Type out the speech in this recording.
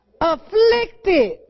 Afflicted